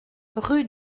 rue